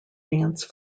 dance